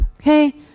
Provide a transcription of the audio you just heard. Okay